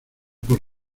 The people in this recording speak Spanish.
por